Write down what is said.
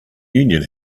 union